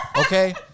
okay